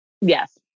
Yes